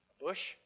Bush